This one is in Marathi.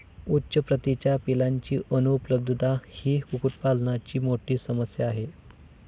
उच्च प्रतीच्या पिलांची अनुपलब्धता ही कुक्कुटपालनाची मोठी समस्या आहे